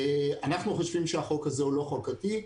אנחנו חושבים שהחוק הזה הוא לא חוקתי.